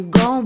go